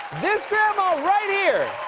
this grandma right here